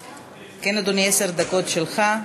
כן, אדוני, עשר דקות שלך.